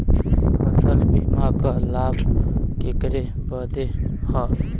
फसल बीमा क लाभ केकरे बदे ह?